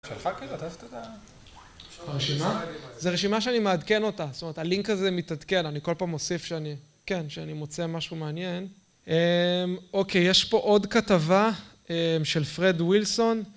זה רשימה שאני מעדכן אותה, זאת אומרת, הלינק הזה מתעדכן, אני כל פעם מוסיף שאני, כן, שאני מוצא משהו מעניין. אוקיי, יש פה עוד כתבה של פרד ווילסון.